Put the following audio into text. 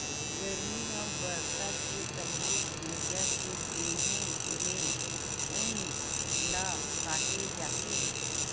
गरमी अउ बरसा के पहिली भेड़िया के देहे ले ऊन ल काटे जाथे